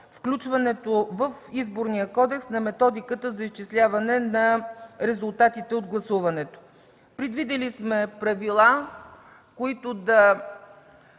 включването в Изборния кодекс на методиката за изчисляване на резултатите от гласуването. Предвидили сме правила, които да